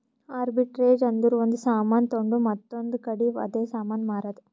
arbitrage ಅಂದುರ್ ಒಂದ್ ಸಾಮಾನ್ ತೊಂಡು ಮತ್ತೊಂದ್ ಕಡಿ ಅದೇ ಸಾಮಾನ್ ಮಾರಾದ್